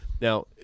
Now